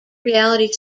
reality